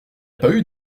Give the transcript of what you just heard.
pas